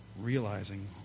realizing